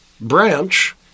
branch